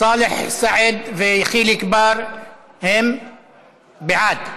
סאלח סעד וחיליק בר הם בעד.